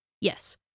Yes